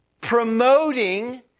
promoting